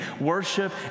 worship